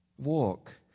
walk